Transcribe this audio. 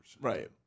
Right